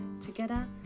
Together